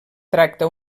tracta